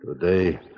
Today